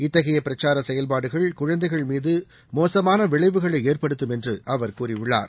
இத்தகைய பிரச்சார செயல்பாடுகள் குழந்தைகள் மீது மோசமான விளைவுகளை ஏற்படுத்தும் என்று அவர் கூறியுள்ளார்